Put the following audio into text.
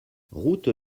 route